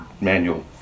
manual